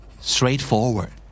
Straightforward